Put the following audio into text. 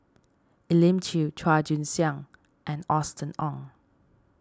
Elim Chew Chua Joon Siang and Austen Ong